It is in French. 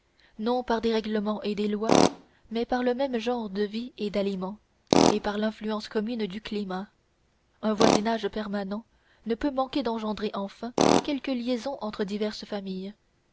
non par des règlements et des lois mais par le même genre de vie et d'aliments et par l'influence commune du climat un voisinage permanent ne peut manquer d'engendrer enfin quelque liaison entre diverses familles